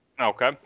Okay